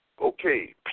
Okay